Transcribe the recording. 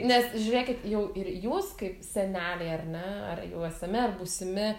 nes žiūrėkit jau ir jūs kaip seneliai ar ne ar jau esami ar būsimi